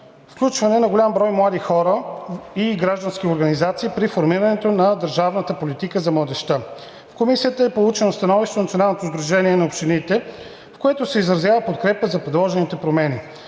включване на по-голям брой млади хора и граждански организации при формирането на държавната политика за младежта. В Комисията е получено становище от Националното сдружение на общините, в което се изразява подкрепа на предложените промени.